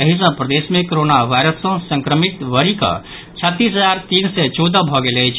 एहि सँ प्रदेश मे कोरोना वायरस सँ संक्रमित बढ़िकऽ छत्तीस हजार तीन सय चौदह भऽ गेल अछि